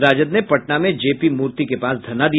राजद ने पटना में जेपी मूर्ति के पास धरना दिया